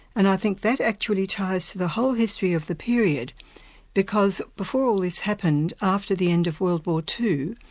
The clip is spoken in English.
and i think that actually ties to the whole history of the period because before all this happened, after the end of world war ii,